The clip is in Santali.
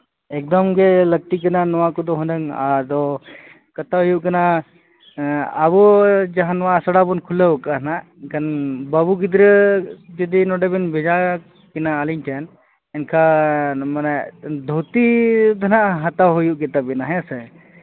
ᱮᱠᱫᱚᱢᱜᱮ ᱞᱟᱹᱠᱛᱤ ᱠᱟᱱᱟ ᱱᱚᱣᱟᱠᱚᱫᱚ ᱦᱩᱱᱟᱹᱝ ᱟᱫᱚ ᱠᱟᱛᱷᱟ ᱦᱩᱭᱩᱜ ᱠᱟᱱᱟ ᱟᱵᱚ ᱡᱟᱦᱟᱸ ᱱᱚᱣᱟ ᱟᱥᱲᱟᱵᱚᱱ ᱠᱷᱩᱞᱟᱹᱣ ᱟᱠᱟᱫᱟᱼᱦᱟᱸᱜ ᱮᱱᱠᱷᱟᱱ ᱵᱟᱹᱵᱩ ᱜᱤᱫᱽᱨᱟᱹ ᱡᱩᱫᱤ ᱱᱚᱰᱮᱵᱮᱱ ᱵᱷᱮᱡᱟᱠᱤᱱᱟ ᱟᱹᱞᱤᱧᱴᱷᱮᱱ ᱮᱱᱠᱷᱟᱱ ᱢᱟᱱᱮ ᱫᱷᱩᱛᱤ ᱫᱚ ᱱᱟᱦᱟᱸᱜ ᱦᱟᱛᱟᱣ ᱦᱩᱭᱩᱜ ᱜᱮᱛᱟᱵᱮᱱᱟ ᱦᱮᱸᱥᱮ